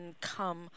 come